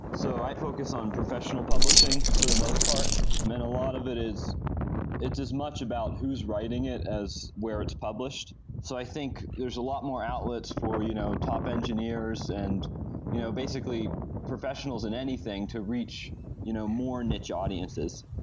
so i focus on professional publishing for the most part. then a lot of it is it's as much about who is writing as where it's published so i think there is a lot more outlets for you know top engineers and you know basically professionals in anything to reach you know more niched audiences.